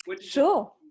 Sure